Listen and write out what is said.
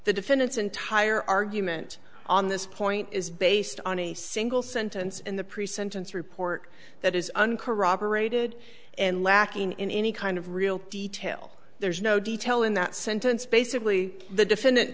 the defendant's entire argument on this point is based on a single sentence in the pre sentence report that is uncorroborated and lacking in any kind of real detail there's no detail in that sentence basically the defendant